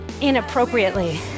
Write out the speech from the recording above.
inappropriately